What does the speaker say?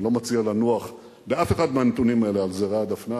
אני לא מציע לנוח באף אחד מהנתונים האלה על זרי הדפנה,